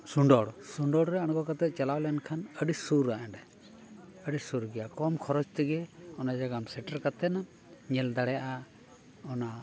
ᱥᱩᱰᱚᱨ ᱥᱩᱰᱚᱨ ᱨᱮ ᱟᱬᱜᱚ ᱠᱟᱛᱮᱫ ᱪᱟᱞᱟᱣ ᱞᱮᱱᱠᱷᱟᱱ ᱟᱹᱰᱤ ᱥᱩᱨᱼᱟ ᱚᱸᱰᱮ ᱟᱹᱰᱤ ᱥᱩᱨ ᱜᱮᱭᱟ ᱠᱚᱢ ᱠᱷᱚᱨᱚᱪ ᱛᱮᱜᱮ ᱚᱱᱟ ᱡᱟᱭᱜᱟ ᱥᱮᱴᱮᱨ ᱠᱟᱛᱮᱫ ᱧᱮᱞ ᱫᱟᱲᱮᱭᱟᱜᱼᱟ ᱚᱱᱟ